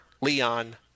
Leon